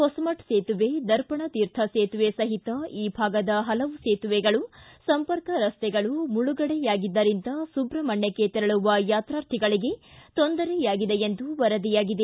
ಹೊಸ್ಕರ ಸೇತುವೆ ದರ್ಮಣತೀರ್ಥ ಸೇತುವೆ ಸಹಿತ ಈ ಭಾಗದ ಪಲವು ಸೇತುವೆಗಳು ಸಂಪರ್ಕ ರಸ್ತೆಗಳು ಮುಳುಗಡೆಯಾಗಿದ್ದರಿಂದ ಸುಬ್ರಹ್ಮಣ್ಕಕ್ಕ ತೆರಳುವ ಯಾತಾರ್ಥಿಗಳಿಗೆ ತೊಂದರೆಯಾಗಿದೆ ಎಂದು ತೊಂದರೆಯಾಗಿದೆ